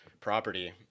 property